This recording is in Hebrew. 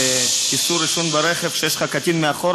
לאיסור עישון ברכב כשיש לך קטין מאחור.